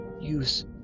use